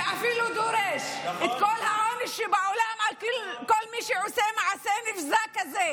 אפילו דורש את כל העונש שבעולם לכל מי שעושה מעשה נבזה כזה,